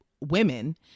women